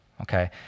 okay